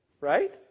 right